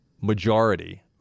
majority